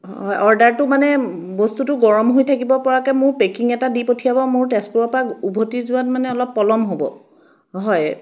হয় অৰ্ডাৰটো মানে বস্তুটো গৰম হৈ থাকিব পৰাকৈ মোক পেকিং এটা দি পঠিয়াব মোৰ তেজপুৰৰ পৰা উভতি যোৱাত মানে অলপ পলম হ'ব হয়